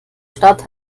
stadt